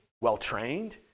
well-trained